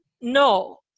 no